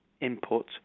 input